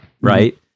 right